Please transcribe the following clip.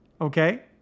Okay